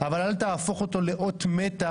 אבל אל תהפוך אותו לאות מתה.